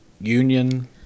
union